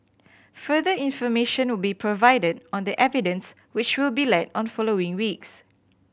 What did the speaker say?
further information will be provided on the evidence which will be led on following weeks